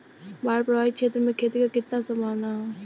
बाढ़ प्रभावित क्षेत्र में खेती क कितना सम्भावना हैं?